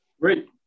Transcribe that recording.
Great